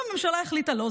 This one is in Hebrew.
אם הממשלה החליטה שלא,